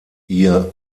ihr